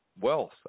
wealth